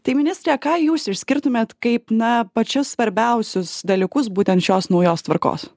tai ministre ką jūs išskirtumėt kaip na pačius svarbiausius dalykus būtent šios naujos tvarkos